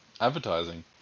advertising